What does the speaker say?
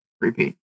repeat